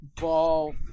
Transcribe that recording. ball